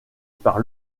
par